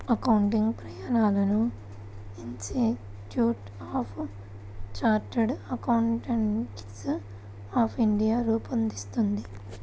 accounting ప్రమాణాలను institute of chartered accountants of India రూపొందిస్తుంది